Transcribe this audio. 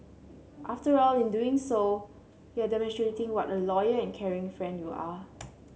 after all in doing so you are demonstrating what a loyal and caring friend you are